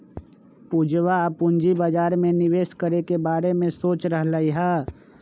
पूजवा पूंजी बाजार में निवेश करे के बारे में सोच रहले है